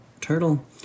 turtle